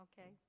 okay